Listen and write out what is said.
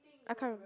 I can't remember